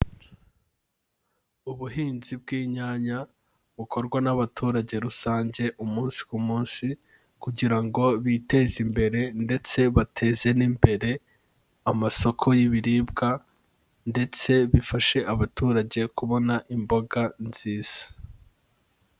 Ubuhinzi bw'inyanya bukorwa n'abaturage rusange, umunsi ku munsi kugira ngo biteze imbere ndetse bateze n'imbere amasoko y'ibiribwa ndetse bifashe abaturage kubona imboga nziza.